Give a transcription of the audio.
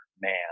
man